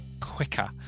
quicker